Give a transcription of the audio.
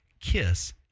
KISS